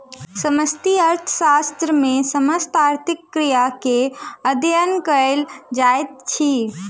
समष्टि अर्थशास्त्र मे समस्त आर्थिक क्रिया के अध्ययन कयल जाइत अछि